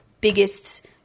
biggest